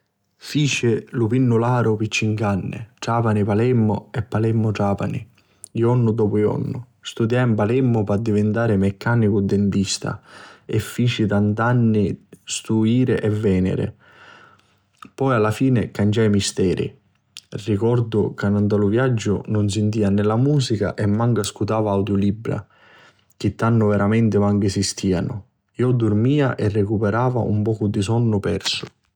Fici lu pinnularu pi cinc'anni: Trapani-Palermu e Palermu-Trapani, jornu dopu jornu. Studiai a Palermu pi divintari meccanicu dentista e fici tant'anni stu jiri e vèniri. Poi a la fini canciai misteri. Ricordu chi nta lu viaggiu nun sintia nè musica e mancu ascutava audiulibra, chi tannu veramenti mancu esistianu. Iu durmia e ricuperva un pocu di sonnu persu.